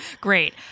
Great